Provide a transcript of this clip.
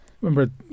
remember